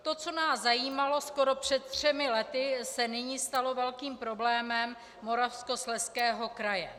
To, co nás zajímalo skoro před třemi lety, se nyní stalo velkým problémem Moravskoslezského kraje.